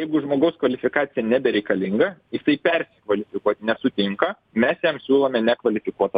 jeigu žmogaus kvalifikacija nebereikalinga jisai persikvalifikuot nesutinka mes jam siūlome nekvalifikuotą